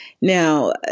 now